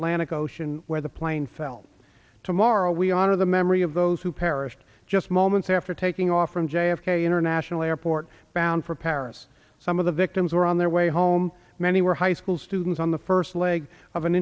atlantic ocean where the plane fell tomorrow we honor the memory of those who perished just moments after taking off from j f k international airport bound for paris some of the victims were on their way home many were high school students on the first leg of an